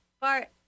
Bart